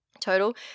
total